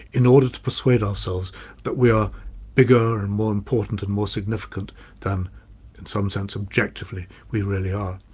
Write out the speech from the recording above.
in order to persuade ourselves that we are bigger and more important and more significant than in some sense objectively we really are.